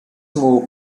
move